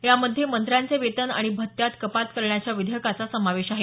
यामध्ये मंत्र्याचे वेतन आणि भत्त्यात कपात करण्याच्या विधेयकाचा समावेश आहे